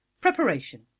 Preparation